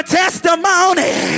testimony